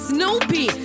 Snoopy